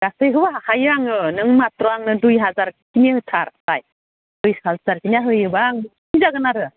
गासैखोबो हाखायो आङो नों माथ्र' आंनो दुइ हाजारखिनि होथार बाय